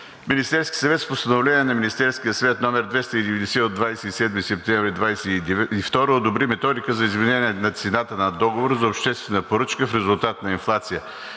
Министерският съвет с Постановление на Министерския съвет № 290 от 27 септември 2022 г. одобри Методика за изменение на цената на договор за обществена поръчка в резултат на инфлация,